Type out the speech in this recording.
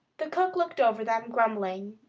the cook looked over them, grumbling.